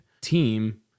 team